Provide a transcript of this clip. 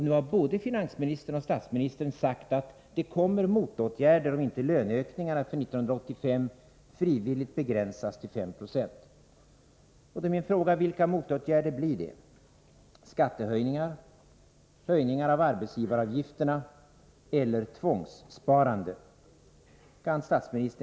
Nu har både finansministern och statsministern sagt att det kommer ”motåtgärder”, om inte löneökningarna för 1985 frivilligt begränsas till 5 96. Vilka motåtgärder blir det? Blir det skattehöjningar, höjningar av arbetsgivaravgifterna eller tvångssparande?